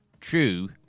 true